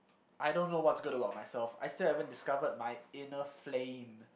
I don't know what's good about myself I still haven't discovered my inner flame